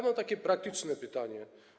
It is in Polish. Mam takie praktyczne pytanie.